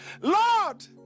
lord